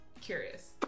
Curious